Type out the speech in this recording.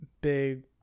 big